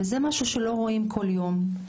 וזה משהו שלא רואים כל יום.